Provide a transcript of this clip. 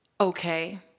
okay